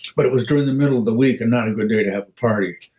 but it was during the middle of the week and not a good day to have a party,